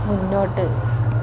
മുന്നോട്ട്